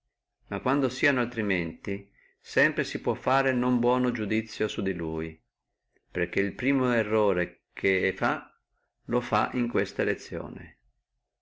ma quando sieno altrimenti sempre si può fare non buono iudizio di lui perché el primo errore che fa lo fa in questa elezione